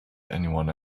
anyone